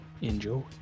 Enjoy